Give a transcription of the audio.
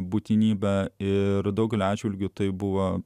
būtinybę ir daugeliu atžvilgių tai buvo